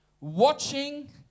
watching